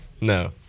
No